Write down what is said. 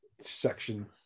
section